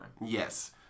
Yes